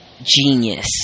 Genius